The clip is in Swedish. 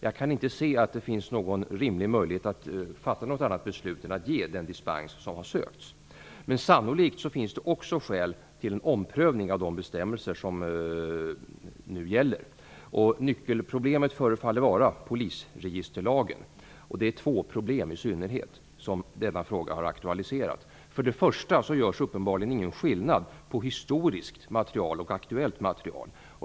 Jag kan inte se att det finns någon rimlig möjlighet att fatta något annat beslut än att ge den dispens som har sökts. Sannolikt finns det också skäl för en omprövning av de bestämmelser som nu gäller. Nyckelproblemet förefaller vara polisregisterlagen. Det är i synnerhet två problem som denna fråga har aktualiserat. För det första görs uppenbarligen ingen skillnad på historiskt material och aktuellt material.